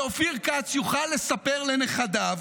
ואופיר כץ יוכל לספר לנכדיו